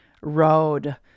road